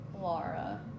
Laura